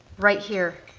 right here.